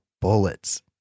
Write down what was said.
bullets